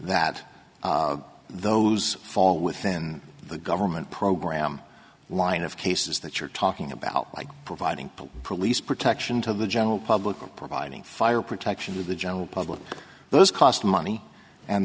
that those fall within the government program line of cases that you're talking about like providing police protection to the general public or providing fire protection to the general public those cost money and